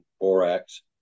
Borax